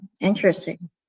interesting